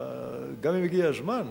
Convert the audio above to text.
גם אם הגיע הזמן,